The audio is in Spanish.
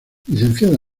licenciada